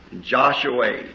Joshua